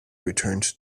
returned